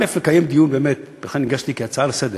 לקיים דיון, לכן הגשתי את זה כהצעה לסדר-היום,